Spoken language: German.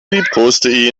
liebkoste